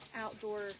outdoor